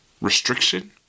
restriction